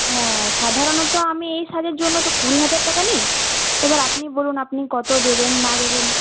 হ্যাঁ সাধারণত আমি এই সাজের জন্য তো কুড়ি হাজার টাকা নিই এবার আপনি বলুন আপনি কত দেবেন না দেবেন